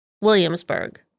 Williamsburg